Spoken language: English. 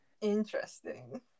interesting